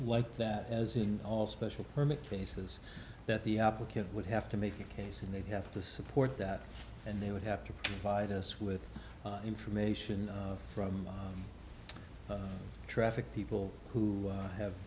like that as in all special permit cases that the applicant would have to make a case and they'd have to support that and they would have to hide us with information from traffic people who have